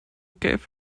gave